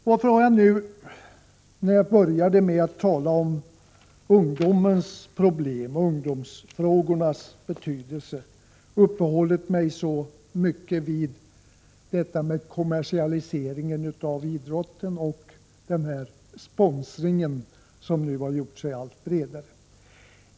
Varför har jag nu, när jag började med att tala om ungdomens problem och ungdomsfrågornas betydelse, uppehållit mig så mycket vid kommersialiseringen av idrotten och sponsringen, som utbrett sig mer och mer?